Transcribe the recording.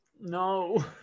No